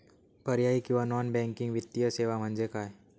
पर्यायी किंवा non banking वित्तीय सेवा म्हणजे काय?